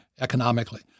economically